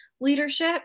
leadership